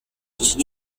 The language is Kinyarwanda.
iki